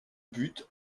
buts